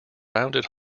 rounded